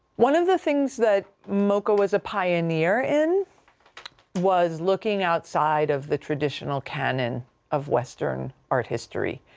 one of the things that moca was a pioneer in was looking outside of the traditional canon of western art history.